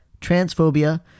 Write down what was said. transphobia